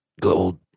gold